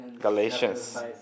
Galatians